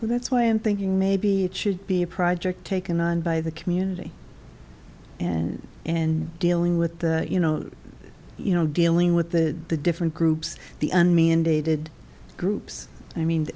then that's why i'm thinking maybe it should be a project taken on by the community and and dealing with that you know you know dealing with the the different groups the un mandated groups i mean